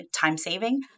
time-saving